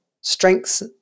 strengths